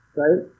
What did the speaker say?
right